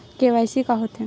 KYC का होथे?